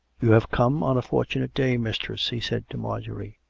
you have come on a fortunate day, mistress, he said to marjorie.